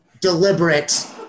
deliberate